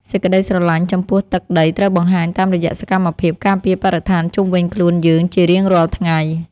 សេចក្តីស្រឡាញ់ចំពោះទឹកដីត្រូវបង្ហាញតាមរយៈសកម្មភាពការពារបរិស្ថានជុំវិញខ្លួនយើងជារៀងរាល់ថ្ងៃ។